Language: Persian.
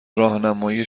راهنمایی